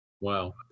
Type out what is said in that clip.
Wow